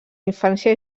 infància